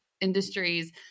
industries